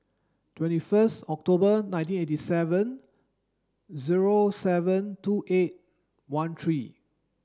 twenty first October nineteen eighty seven zero seven two eight one three